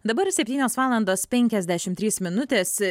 dabar septynios valandos penkiasdešimt trys minutės